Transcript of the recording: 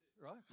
right